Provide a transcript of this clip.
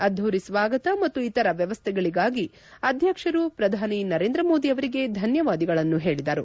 ಅದ್ದೂರಿ ಸ್ವಾಗತ ಮತ್ತು ಇತರ ವ್ಯವಸ್ಥೆಗಳಿಗಗಿ ಅಧ್ಯಕ್ಷರು ಪ್ರಧಾನಿ ನರೇಂದ್ರ ಮೋದಿ ಅವರಿಗೆ ಧನ್ಯವಾದಗಳನ್ನು ಹೇಳಿದರು